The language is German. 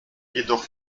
jedoch